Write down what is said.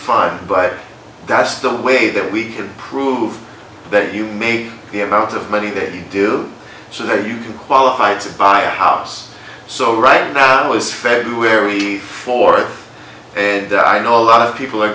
fun but that's the way that we can prove that you made the amount of money that you do so there you can qualify to buy a house so right now is february fourth and i know a lot of people are